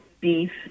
beef